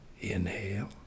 Inhale